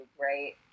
right